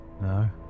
No